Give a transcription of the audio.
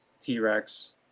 T-Rex